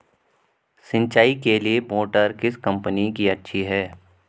सिंचाई के लिए मोटर किस कंपनी की अच्छी है?